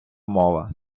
мова